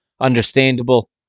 understandable